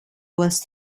was